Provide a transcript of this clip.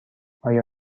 آیا